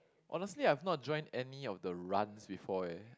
honestly I've not join any of the runs before eh